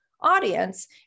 audience